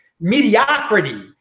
mediocrity